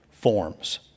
forms